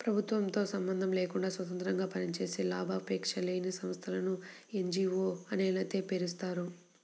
ప్రభుత్వంతో సంబంధం లేకుండా స్వతంత్రంగా పనిచేసే లాభాపేక్ష లేని సంస్థలను ఎన్.జీ.వో లనే పేరుతో పిలుస్తారు